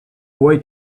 boy